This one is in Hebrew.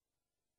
זה לא כל כך משנה,